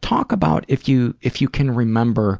talk about if you if you can remember